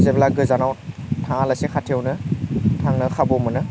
जेब्ला गोजानाव थाङालासेनो खाथियावनो थांनो खाबु मोनो